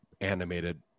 animated